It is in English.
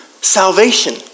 salvation